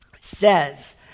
says